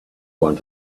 want